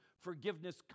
forgiveness